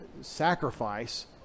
sacrifice